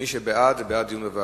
מי שבעד, בעד דיון בוועדה.